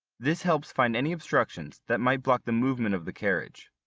this helps find any obstructions that might block the movement of the carriage.